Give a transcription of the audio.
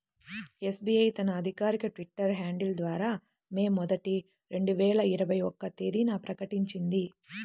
SBI తన అధికారిక Twitter handle ద్వారా మే మొదటి, రెండు వేల ఇరవై ఒక్క తేదీన ప్రకటించింది